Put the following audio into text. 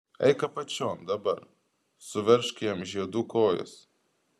eik apačion dabar suveržk jam žiedu kojas